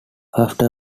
after